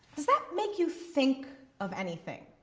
does that make you think of anything?